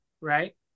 right